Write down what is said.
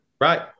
Right